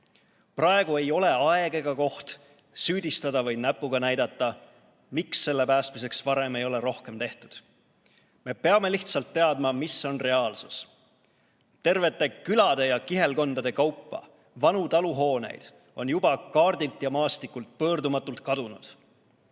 ei ole aeg ega koht süüdistada või näpuga näidata, miks selle päästmiseks varem ei ole rohkem tehtud. Me peame lihtsalt teadma, mis on reaalsus. Tervete külade ja kihelkondade kaupa vanu taluhooneid on juba kaardilt ja maastikult pöördumatult kadunud.